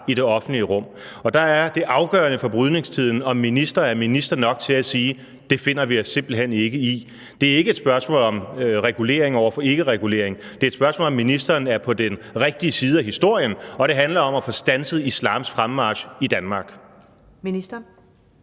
i det offentlige rum, og der er det afgørende for brydningstiden, om minister er minister nok til at sige: Det finder vi os simpelt hen ikke i. Det er ikke et spørgsmål om regulering over for ikkeregulering. Der er et spørgsmål, om ministeren er på den rigtige side af historien, og det handler om at få standset islams fremmarch i Danmark. Kl.